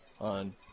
on